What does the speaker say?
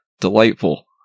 Delightful